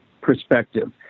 perspective